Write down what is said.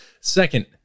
Second